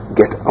get